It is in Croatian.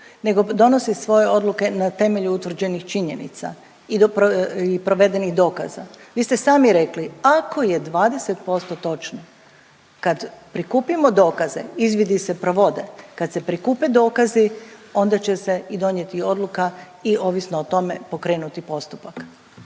nego donosi svoje odluke na temelju utvrđenih činjenica i provedenih dokaza. Vi ste sami rekli, ako je 20% točno, kad prikupimo dokaze, izvidi se provode, kad se prikupe dokazi, onda će se i donijeti odluka i ovisno o tome pokrenuti postupak.